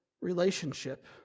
relationship